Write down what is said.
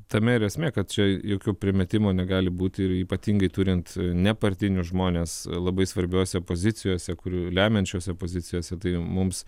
tame ir esmė kad čia jokių primetimų negali būti ir ypatingai turint nepartinius žmones labai svarbiose pozicijose kurių lemiančiose pozicijose tai mums